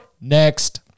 next